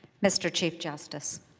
mr. chief justice.